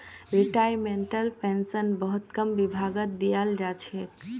रिटायर्मेन्टटेर pension बहुत कम विभागत दियाल जा छेक